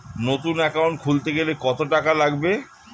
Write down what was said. নতুন একাউন্ট খুলতে গেলে কত টাকা লাগবে?